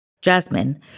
Jasmine